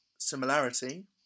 similarity